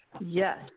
Yes